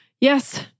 Yes